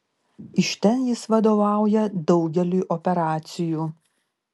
iš ten jis vadovauja daugeliui operacijų